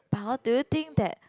but hor do you think that